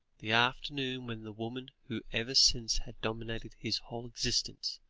the afternoon when the woman who ever since had dominated his whole existence,